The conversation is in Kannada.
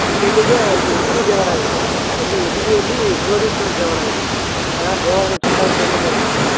ಇಲ್ಲಿ ಇಲ್ಲಿದೆ ಇದು ಇಟಗಿ ದೇವಾಲಯ ಇದೆ ಎಲ್ಲಿ ಇಟಗಿಯಲ್ಲಿ ಬೃಹದೀಶ್ವರ ದೇವಾಲಯ ಇದೆ ಸರ್ ಅದನ್ನು ದೇವಾಲಯದ ಚಕ್ರವರ್ತಿ ಎಂದು ಕರೆಯುತ್ತೇವೆ